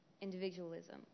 individualism